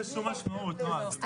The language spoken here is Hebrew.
אני מלאומית שירותי בריאות.